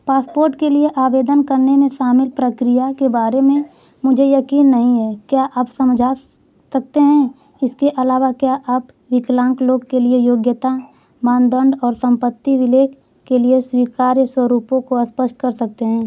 passport के लिए आवेदन करने में शामिल प्रक्रिया के बारे में मुझे यकीन नहीं है क्या आप समझा सकते हैं इसके अलावा क्या आप विकलांग लोग के लिए योग्यता मानदंड और सम्पत्ति विलेख के लिए स्वीकार्य स्वरूपों को स्पष्ट कर सकते हैं